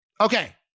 Okay